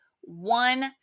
one